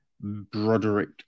Broderick